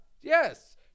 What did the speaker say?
Yes